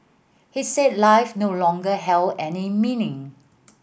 he said life no longer held any meaning